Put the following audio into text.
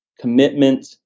commitment